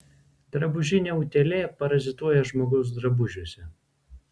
drabužinė utėlė parazituoja žmogaus drabužiuose